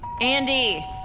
Andy